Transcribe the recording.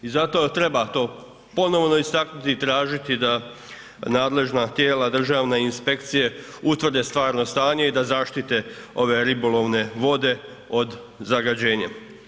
I zato treba to ponovno istaknuti i tražiti da nadležna tijela državna i inspekcije utvrde stvarno stanje i da zaštite ove ribolovne vode od zagađenja.